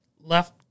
left